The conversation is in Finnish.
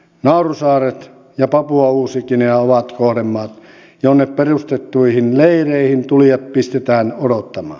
naurusaaret ja papua uusi guinea ovat kohdemaat jonne perustettuihin leireihin tulijat pistetään odottamaan